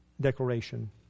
declaration